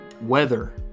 Weather